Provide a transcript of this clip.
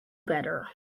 better